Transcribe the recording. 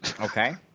Okay